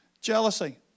jealousy